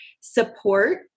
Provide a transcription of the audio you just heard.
support